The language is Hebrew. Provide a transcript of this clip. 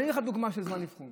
אני אתן לך דוגמה של זמן אבחון.